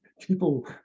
People